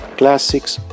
classics